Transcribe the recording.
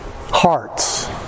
hearts